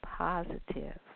Positive